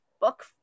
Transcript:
book